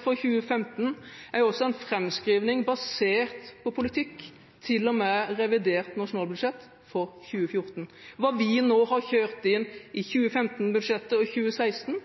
for 2015 er en framskrivning basert på politikk til og med revidert nasjonalbudsjett for 2014. Hva vi nå har kjørt inn i 2015- og 2016-budsjettet,